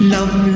Love